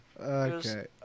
Okay